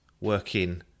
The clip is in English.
working